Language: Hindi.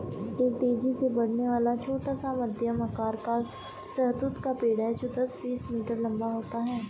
एक तेजी से बढ़ने वाला, छोटा से मध्यम आकार का शहतूत का पेड़ है जो दस, बीस मीटर लंबा होता है